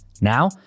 Now